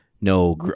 no